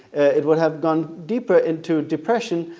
it would have gone deeper into depression.